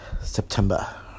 September